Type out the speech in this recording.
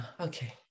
Okay